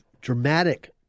dramatic